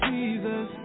Jesus